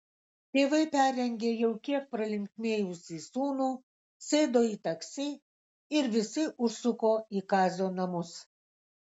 tėvai perrengė jau kiek pralinksmėjusį sūnų sėdo į taksi ir visi užsuko į kazio namus